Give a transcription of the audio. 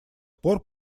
пор